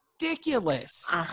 Ridiculous